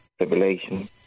revelation